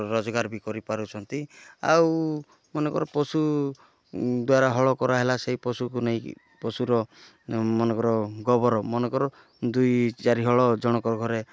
ରୋଜଗାର ବି କରିପାରୁଛନ୍ତି ଆଉ ମନେକର ପଶୁ ଦ୍ୱାରା ହଳ କରାହେଲା ସେହି ପଶୁକୁ ନେଇକି ପଶୁର ମନେକର ଗୋବର ମନେକର ଦୁଇ ଚାରି ହଳ ଜଣକ ଘରେ